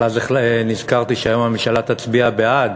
אבל אז נזכרתי שהיום הממשלה תצביע בעד